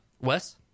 Wes